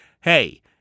Hey